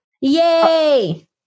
Yay